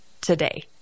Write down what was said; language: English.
today